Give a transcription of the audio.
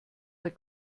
der